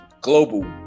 global